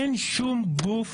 אין שום גוף